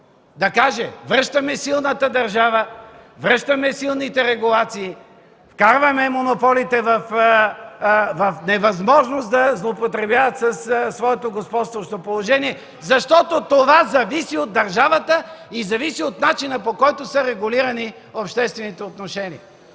да каже: връщаме силната държава, връщаме силните регулации, вкарваме монополите в невъзможност да злоупотребяват със своето господстващо положение, защото това зависи от държавата и зависи от начина, по който са регулирани обществените отношения.